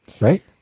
Right